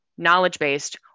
knowledge-based